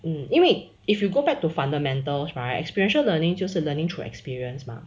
mm 因为 if you go back to fundamentals right experiential learning 就是 learning through experience mah